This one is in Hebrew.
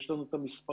יש לנו את המספרים.